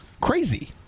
Crazy